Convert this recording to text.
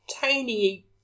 tiny